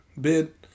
bid